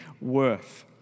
worth